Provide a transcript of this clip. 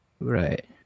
right